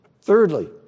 Thirdly